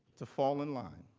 to fall in line.